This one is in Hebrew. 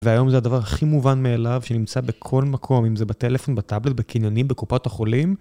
והיום זה הדבר הכי מובן מאליו, שנמצא בכל מקום, אם זה בטלפון, בטאבלט, בקניונים, בקופת החולים,